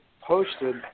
posted